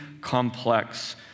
complex